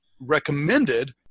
recommended